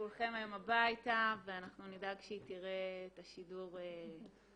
כולכם היום הביתה ואנחנו נדאג שהיא תראה את השידור שהיה.